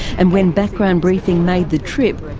and when background briefing made the trip,